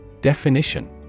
Definition